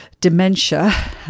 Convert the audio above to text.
dementia